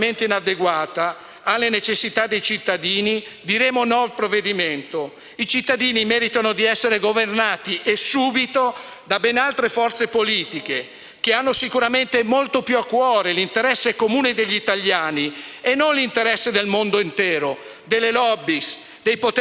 da ben altre forze politiche, che hanno sicuramente molto più a cuore l'interesse comune degli italiani e non l'interesse del mondo intero, delle *lobby*, dei poteri forti, della propria poltrona, del proprio potere personale o di quello del partito (leggasi il Partito Democratico). È per questo